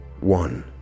one